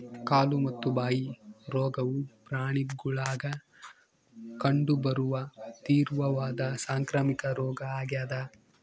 ಕಾಲು ಮತ್ತು ಬಾಯಿ ರೋಗವು ಪ್ರಾಣಿಗುಳಾಗ ಕಂಡು ಬರುವ ತೀವ್ರವಾದ ಸಾಂಕ್ರಾಮಿಕ ರೋಗ ಆಗ್ಯಾದ